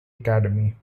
academy